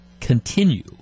continue